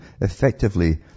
effectively